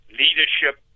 leadership